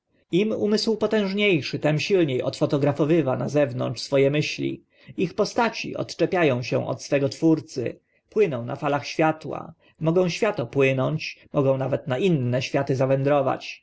im umysł potężnie szy tym silnie odfotografowywa na zewnątrz swo e myśli ich postaci odczepia ą się od swego twórcy płyną na falach światła mogą świat opłynąć mogą nawet na inne światy zawędrować